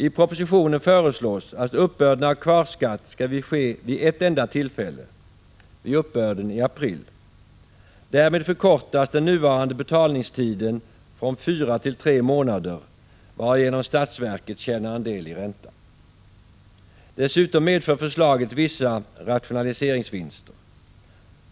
I propositionen föreslås att uppbörden av kvarskatt skall ske vid ett enda tillfälle — vid uppbörden i april. Därmed förkortas den nuvarande betalningstiden från fyra till tre månader, varigenom statsverket tjänar en del i ränta. Dessutom medför förslaget vissa rationaliseringsvinster.